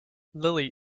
lily